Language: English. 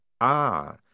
Ah